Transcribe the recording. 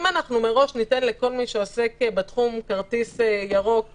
אם מראש ניתן לכל מי שעוסק בתחום כרטיס ירוק,